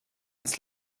ins